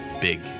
big